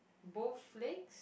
both lakes